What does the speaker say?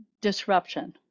disruption